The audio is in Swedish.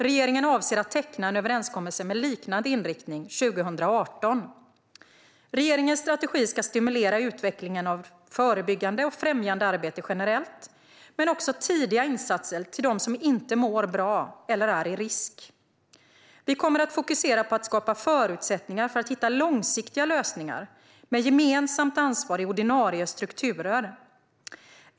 Regeringen avser att teckna en överenskommelse med liknande inriktning 2018. Regeringens strategi ska stimulera utvecklingen av förebyggande och främjande arbete generellt men också tidiga insatser till dem som inte mår bra eller är i riskzonen. Vi kommer att fokusera på att skapa förutsättningar för att hitta långsiktiga lösningar med gemensamt ansvar i ordinarie strukturer.